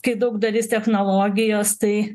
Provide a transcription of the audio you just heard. kai daug dalis technologijos tai